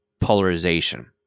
polarization